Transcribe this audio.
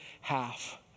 half